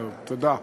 תודה.